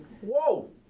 Whoa